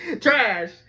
Trash